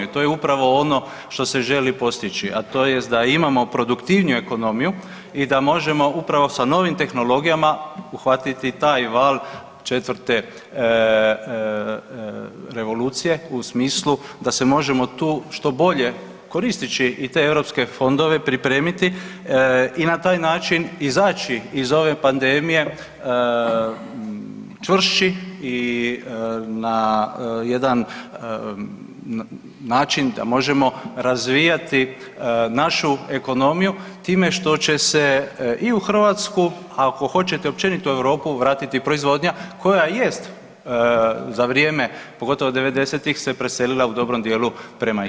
I to je upravo ono što se želi postići, a to jest da imamo produktivniju ekonomiju i da možemo upravo sa novim tehnologijama uhvatiti taj val četvrte revolucije u smislu da se možemo tu što bolje koristeći i te europske fondove pripremiti i na taj način izaći iz ove pandemije čvršći i na jedan način da možemo razvijati našu ekonomiju time što će se i u Hrvatsku, a ako hoćete općenito i u Europu vratiti proizvodnja koja jest za vrijeme, pogotovo '90.-tih se preselila u dobrom dijelu prema istoku.